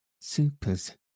supers